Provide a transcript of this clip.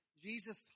Jesus